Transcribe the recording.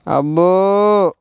అబ్బో